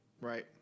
Right